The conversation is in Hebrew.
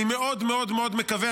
אני מאוד מקווה,